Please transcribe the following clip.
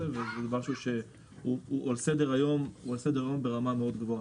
וזה משהו שהוא על סדר היום ברמה מאוד גבוהה.